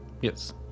Yes